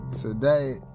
Today